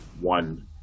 one